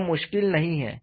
यह मुश्किल नहीं है